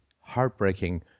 heartbreaking